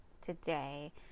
today